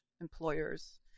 employers